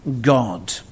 God